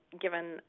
given